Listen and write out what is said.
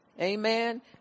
amen